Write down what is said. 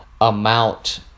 amount